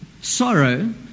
sorrow